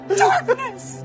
darkness